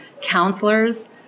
counselors